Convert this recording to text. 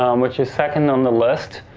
um which is second on the list.